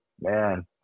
Man